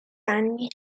anni